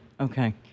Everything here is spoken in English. Okay